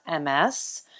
MS